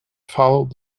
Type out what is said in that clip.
followed